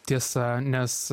tiesa nes